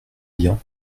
bien